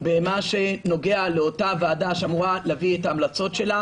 במה שנוגע לוועדה שאמורה להביא את ההמלצות שלה.